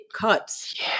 cuts